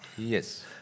Yes